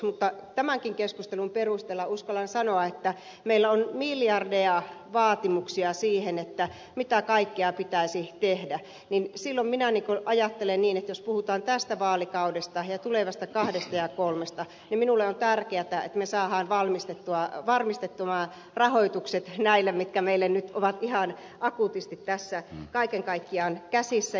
mutta tämänkin keskustelun perusteella uskallan sanoa että meillä on miljardeja vaatimuksia siinä mitä kaikkea pitäisi tehdä ja silloin minä ajattelen niin että jos puhutaan tästä vaalikaudesta ja tulevista kahdesta ja kolmesta minulle on tärkeätä että me saamme varmistettua rahoitukset näille hankkeille mitkä meillä nyt ovat ihan akuutisti tässä kaiken kaikkiaan käsissä